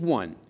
one